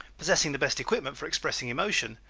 possessing the best equipment for expressing emotion,